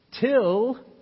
till